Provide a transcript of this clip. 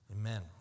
Amen